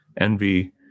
envy